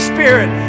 Spirit